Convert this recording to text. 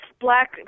black